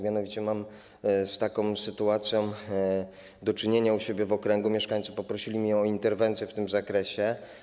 Mianowicie mam z taką sytuacją do czynienia u siebie w okręgu, mieszkańcy poprosili mnie o interwencję w tej sprawie.